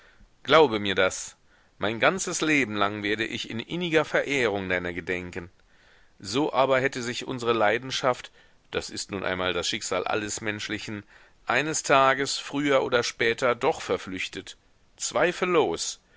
glaube mir das mein ganzes leben lang werde ich in inniger verehrung deiner gedenken so aber hätte sich unsre leidenschaft das ist nun einmal das schicksal alles menschlichen eines tages früher oder später doch verflüchtet zweifellos